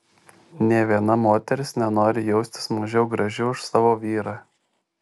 nė viena moteris nenori jaustis mažiau graži už savo vyrą